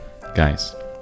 guys